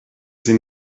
sie